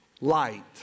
light